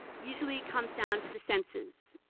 usually comes down to the senses,